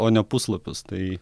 o ne puslapius tai